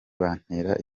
bantera